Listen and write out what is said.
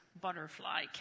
butterfly